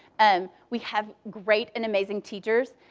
and we have great and amazing teachers,